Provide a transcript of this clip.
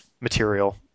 material